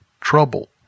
trouble